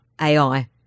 AI